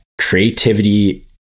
creativity